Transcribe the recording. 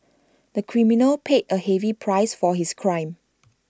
the criminal paid A heavy price for his crime